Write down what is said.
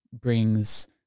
brings